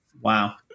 Wow